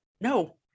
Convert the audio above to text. No